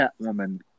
Catwoman